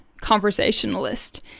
conversationalist